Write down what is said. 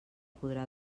podrà